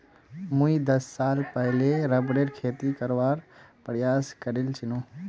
मुई दस साल पहले रबरेर खेती करवार प्रयास करील छिनु